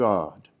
God